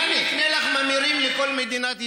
אולי אני אקנה לך ממירים לכל מדינת ישראל?